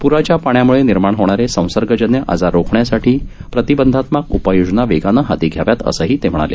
प्राच्या पाण्यामुळे निर्माण होणारे संसर्गजन्य आजार रोखण्यासाठी प्रतिबंधात्मक उपाययोजना वेगानं हाती घ्याव्यात असंही ते म्हणाले